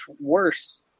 worse